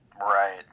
Right